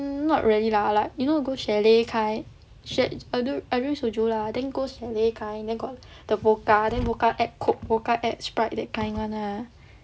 not really lah like you know go chalet kind I drink soju lah then go chalet kind then got the vodka then vodka add coke vodka add sprite that kind [one] ah